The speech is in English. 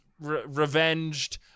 revenged